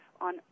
on